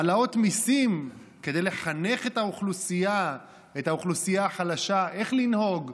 העלאות מיסים כדי לחנך את האוכלוסייה החלשה איך לנהוג,